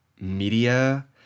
media